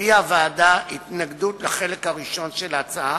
הביעה הוועדה התנגדות לחלק הראשון של ההצעה,